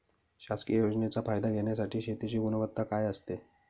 शासकीय योजनेचा फायदा घेण्यासाठी शेतीची गुणवत्ता काय असते?